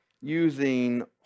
using